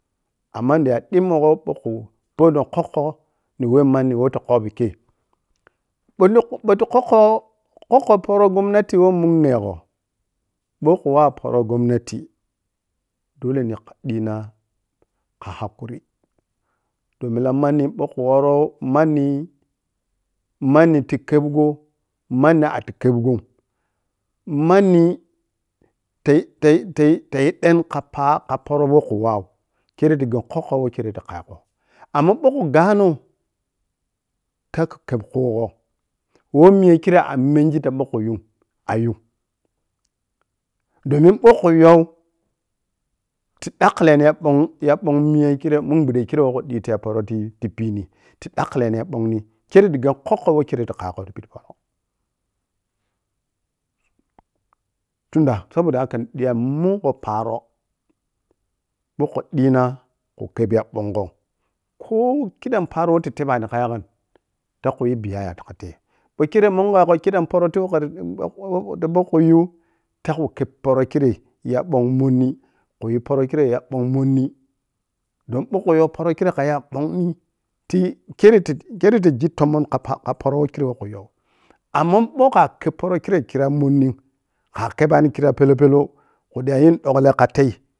Amma nidiya dimegho ɓou khu podou kokkho ni weh monni weh kobi kei bo ti-ɓou tu kokkho-kokkho poro gomnati weh munkyegho ɓou khu wawo poro gomnati dole ne kha dii na kha hakuri don milang manni ɓou khu worrou manni manni ti khebgho manni atiyi khebghom manni tayi-tayi-tayi-tayi den tela poh pon woh khu wawo khere tah gab kokkho who khre ta yi ta khaye gho amma bai khu ga nou tak kheb khugho weh miya kirre a’menji toh ɓou khu yum kha yum domin ɓou khu youw ti dakklani ya bong-ya bong miya kirre munɓudde kirre woh khu dii tiya poro ti-ti pini ti dakkleni ya ɓongni kerre tah gah kokkho who khere tah yow tah kaiye gho ti pidi porou tunda saboda haka nidiya mungho paro ɓou khu dii na khu khebi ya bongho ko-o kidam paro woh tah tebani kha yagan tah khu yi biyaya tah kkha tei ɓou khere mungho kidam poro tei woh khara worou tah bou khu yu da khu kheb poro kirre ya bong monni-khuyi poro kirrei ya ɓong monni-khuyi poro kirrei ya ɓong monni, don bou khu you poro kirrei khaya ɓong monni ti karrei ti kerrei ti ji tomon khapakha-poro keki woh chu yow amma ɓou kha kheb poro khirem khira monnim, kha khabani khira, pellou-pellou’m khu ƌayayii dukkle kha tei